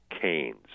canes